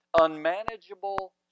unmanageable